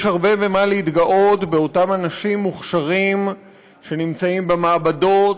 יש הרבה מה להתגאות באותם אנשים מוכשרים שנמצאים במעבדות,